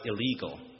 illegal